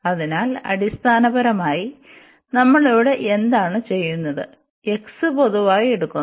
അതിനാൽ അടിസ്ഥാനപരമായി നമ്മൾ ഇവിടെ എന്താണ് ചെയ്യുന്നത് x പൊതുവായി എടുക്കുന്നു